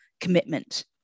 commitment